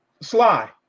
Sly